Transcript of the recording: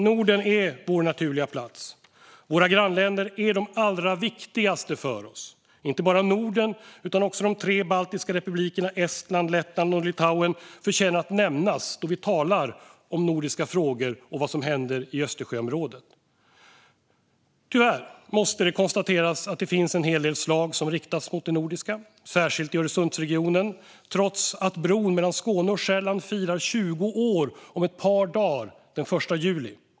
Norden är vår naturliga plats. Våra grannländer är de allra viktigaste för oss. Inte bara Norden utan också de tre baltiska republikerna Estland, Lettland och Litauen förtjänar att nämnas då vi talar om nordiska frågor och vad som händer i Östersjöområdet. Tyvärr måste det konstateras att det finns en hel del slag som riktats mot det nordiska, särskilt i Öresundsregionen, trots att bron mellan Skåne och Själland firar 20 år om ett par dagar, den l juli.